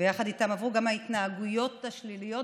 ויחד איתם עברו גם ההתנהגויות השליליות,